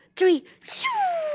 three schewww!